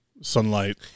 sunlight